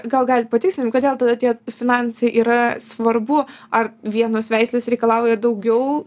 gal galit patikslint kodėl tada tie finansai yra svarbu ar vienos veislės reikalauja daugiau